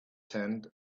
tent